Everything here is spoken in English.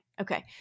okay